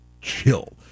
chill